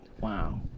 Wow